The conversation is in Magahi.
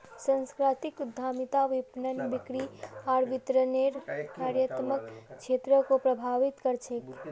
सांस्कृतिक उद्यमिता विपणन, बिक्री आर वितरनेर कार्यात्मक क्षेत्रको प्रभावित कर छेक